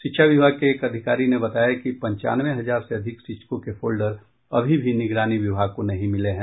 शिक्षा विभाग के एक अधिकारी ने बताया कि पंचानवे हजार से अधिक शिक्षकों के फोल्डर अभी भी निगरानी विभाग को नहीं मिले हैं